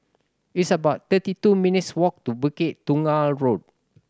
it's about thirty two minutes' walk to Bukit Tunggal Road